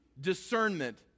discernment